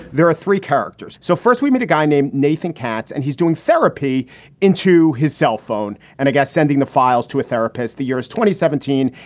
there are three characters. so first we meet a guy named nathan katz and he's doing therapy into his cell phone and a guy sending the files to a therapist therapist the year twenty seventeen.